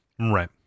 Right